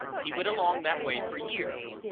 he went along that way for years.